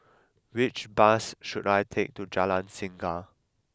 which bus should I take to Jalan Singa